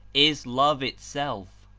is love itself.